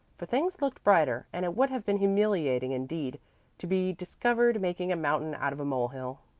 for things looked brighter, and it would have been humiliating indeed to be discovered making a mountain out of a mole-hill.